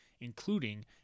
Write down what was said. including